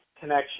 connection